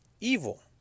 evil